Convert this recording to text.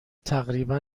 تقریبا